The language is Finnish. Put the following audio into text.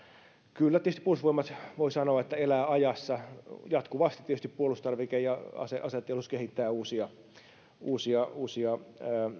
kyllä tietysti voi sanoa että puolustusvoimat elää ajassa jatkuvasti tietysti puolustustarvike ja aseteollisuus kehittää uusia uusia